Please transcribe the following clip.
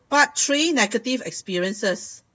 part three negative experiences